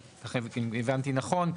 אם הבנתי נכון,